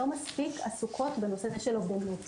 לא מספיק עסוקות בנושא של אובדנות.